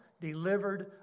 delivered